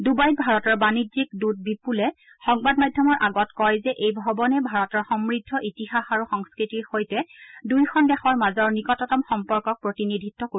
ডুবাইত ভাৰতৰ বাণিজ্যিক দূত বিপুলে সংবাদ মাধ্যমৰ আগত কয় যে এই ভৱনে ভাৰতৰ সমূদ্ধ ইতিহাস আৰু সংস্কৃতিৰ সৈতে দুয়োখন দেশৰ মাজৰ নিকটতম সম্পৰ্কক প্ৰতিনিধিত্ব কৰিব